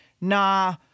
nah